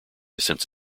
since